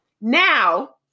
Now